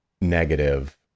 negative